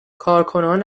کارکنان